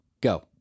Go